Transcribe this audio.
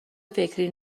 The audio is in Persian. فکری